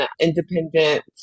independent